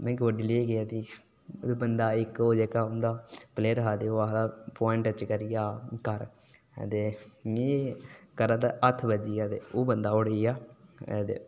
में कबड्डी लेइयै गेआ ते बंदा ओह् जेह्का होंदा ओह् आखदा हा प्वाइंट लेइयै आ ते में करै दा हा ते हत्थ बज्जेआ ते ओह् आउट होई गेआ